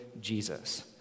Jesus